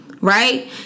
Right